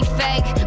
fake